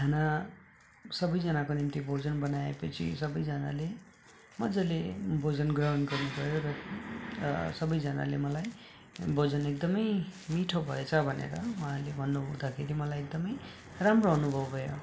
खाना सबैजनाको निम्ति भोजन बनाएपछि सबैजनाले मजाले भोजन ग्रहण गर्नु भयो र सबैजनाले मलाई भोजन एकदमै मिठो भएछ भनेर उहाँहरूले भन्नु हुँदाखेरि मलाई एकदमै राम्रो अनुभव भयो